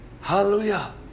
Hallelujah